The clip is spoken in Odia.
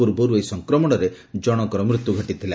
ପୂର୍ବରୁ ଏହି ସଂକ୍ରମଣରେ ଜଣଙ୍କର ମୃତ୍ୟୁ ଘଟିଥିଲା